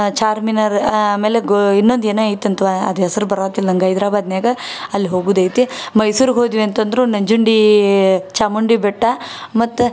ಚಾರ್ಮಿನಾರ್ ಆಮೇಲೆ ಗೋ ಇನ್ನೊಂದು ಏನೋ ಐತಿ ಅಂತವ್ವ ಅದು ಹೆಸ್ರು ಬರಾತಿಲ್ಲ ನಂಗೆ ಹೈದರಾಬಾದ್ನ್ಯಾಗ್ ಅಲ್ಲಿ ಹೋಗೋದೈತಿ ಮೈಸೂರಿಗೆ ಹೋದ್ವಿ ಅಂತಂದರೂ ನಂಜುಂಡೀ ಚಾಮುಂಡಿ ಬೆಟ್ಟ ಮತ್ತು